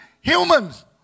humans